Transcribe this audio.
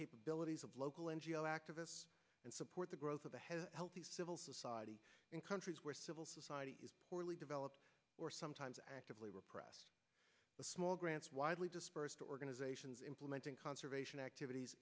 capabilities of local n g o s activists and support the growth of the head of the civil society in countries where civil society orly develop or sometimes actively repress the small grants widely dispersed organizations implementing conservation activities